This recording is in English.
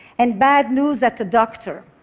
and bad news at the doctor.